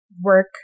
work